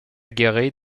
guéret